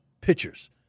pitchers